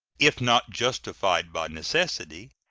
if not justified by necessity,